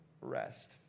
rest